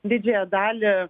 didžiąją dalį